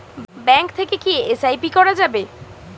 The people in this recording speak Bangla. ব্যাঙ্ক থেকে কী এস.আই.পি করা যাবে?